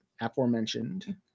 Aforementioned